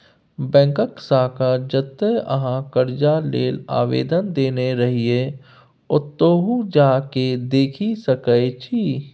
बैकक शाखा जतय अहाँ करजा लेल आवेदन देने रहिये ओतहु जा केँ देखि सकै छी